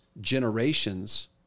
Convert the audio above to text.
generations